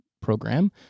program